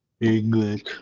English